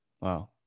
Wow